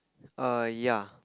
err ya